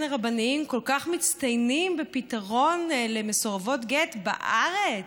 הרבניים כל כך מצטיינים בפתרון למסורבות גט בארץ?